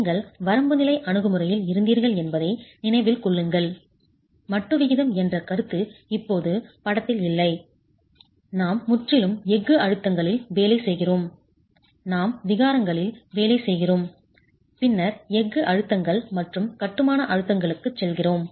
நீங்கள் வரம்பு நிலை அணுகுமுறையில் இருந்தீர்கள் என்பதை நினைவில் கொள்ளுங்கள் மட்டு விகிதம் என்ற கருத்து இப்போது படத்தில் இல்லை நாம் முற்றிலும் எஃகு அழுத்தங்களில் வேலை செய்கிறோம் நாம் விகாரங்களில் வேலை செய்கிறோம் பின்னர் எஃகு அழுத்தங்கள் மற்றும் கட்டுமான அழுத்தங்களுக்குச் செல்கிறோம்